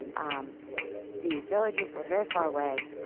um the villages were very far away.